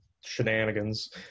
shenanigans